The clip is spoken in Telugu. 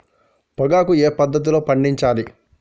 పొగాకు ఏ పద్ధతిలో పండించాలి?